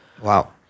Wow